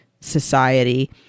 society